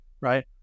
right